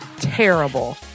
terrible